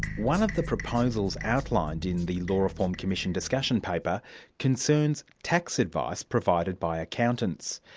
one of the proposals outlined in the law reform commission discussion paper concerns tax advice provided by accountants.